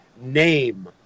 name